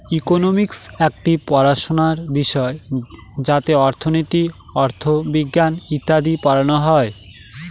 economics একটি পড়াশোনার বিষয় যাতে অর্থনীতি, অথবিজ্ঞান ইত্যাদি পড়ানো হয়